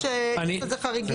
יש לזה חריגים.